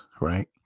right